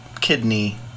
kidney